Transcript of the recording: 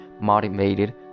motivated